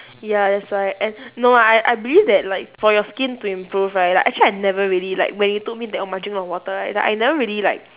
ya that's why and no I I believe that like for your skin to improve right like actually I never really like when you told me that margin of water right that I never really like